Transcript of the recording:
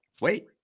wait